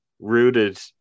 rooted